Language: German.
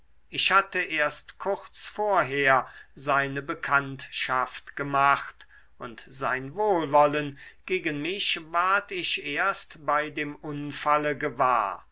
ich hatte erst kurz vorher seine bekanntschaft gemacht und sein wohlwollen gegen mich ward ich erst bei dem unfalle gewahr